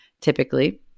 typically